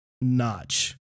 notch